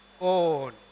own